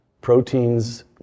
proteins